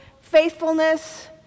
faithfulness